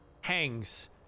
hangs